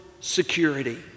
security